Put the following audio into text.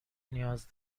نیاز